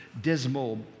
dismal